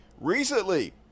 recently